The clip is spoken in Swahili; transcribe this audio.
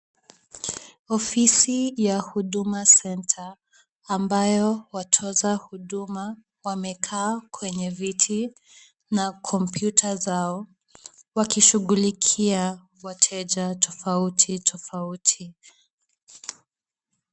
Ofisi ya huduma center , ambayo watoza huduma wamekaa kwenye viti, na kompyuta zao, wakishughulikia wateja tofauti tofauti.